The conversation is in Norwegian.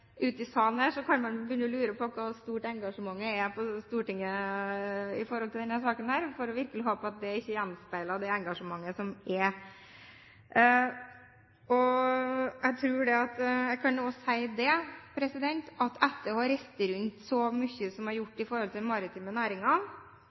kan man begynne å lure på hvor stort engasjementet er på Stortinget for denne saken. Jeg får virkelig håpe at det ikke gjenspeiler det engasjementet som er. Jeg kan også si at etter å ha reist rundt så mye som jeg har gjort til de maritime næringene langs hele kysten vår, har